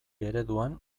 ereduan